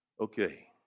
Okay